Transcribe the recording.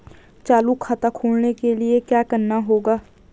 चालू खाता खोलने के लिए क्या करना होगा?